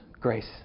grace